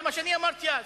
זה מה שאני אמרתי אז.